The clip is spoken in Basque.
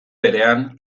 berean